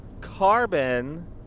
Carbon